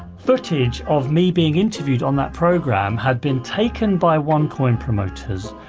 footage of me being interviewed on that program had been taken by onecoin promoters,